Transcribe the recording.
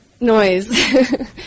noise